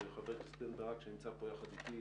וחבר הכנסת רם בן ברק שנמצא פה יחד איתי